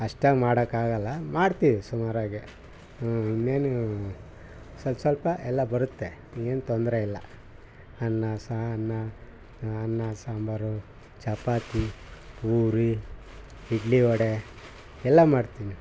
ಅಷ್ಟಾಗಿ ಮಾಡೋಕಾಗಲ್ಲ ಮಾಡ್ತಿವಿ ಸುಮಾರಾಗಿ ಇನ್ನೇನು ಸ್ವಲ್ಪ ಸ್ವಲ್ಪ ಎಲ್ಲ ಬರುತ್ತೆ ಏನು ತೊಂದರೆ ಇಲ್ಲ ಅನ್ನ ಸಾರನ್ನ ಅನ್ನ ಸಾಂಬಾರು ಚಪಾತಿ ಪೂರಿ ಇಡ್ಲಿ ವಡೆ ಎಲ್ಲ ಮಾಡ್ತೀನಿ